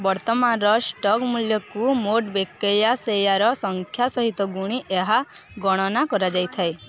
ବର୍ତ୍ତମାନର ଷ୍ଟକ୍ ମୂଲ୍ୟକୁ ମୋଟ ବେକେୟା ସେୟାର ସଂଖ୍ୟା ସହିତ ଗୁଣି ଏହା ଗଣନା କରାଯାଇଥାଏ